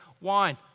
wine